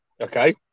okay